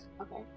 Okay